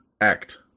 Act